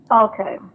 Okay